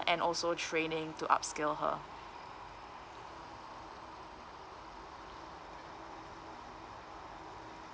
and also training to upskill her